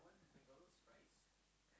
<S<